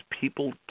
people